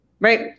Right